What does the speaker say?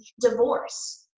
divorce